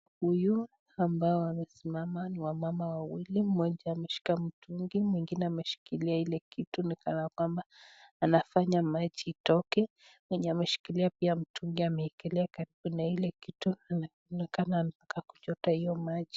Huyu ambao wamesimama ni wamama wawili, mmoja ameshika mtungi mwingine ameshikilia ile kitu ni kana kwamba anafanya maji itoke, mwenye ameshikilia pia mtungi ameekelea karibu na ile kitu inaonekana anataka kuchota io maji.